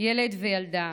ילד וילדה,